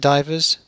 Divers